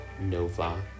Nova